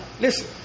Listen